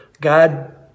God